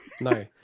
No